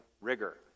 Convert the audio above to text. rigor